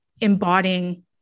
embodying